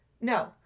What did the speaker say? no